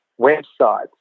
websites